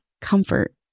comfort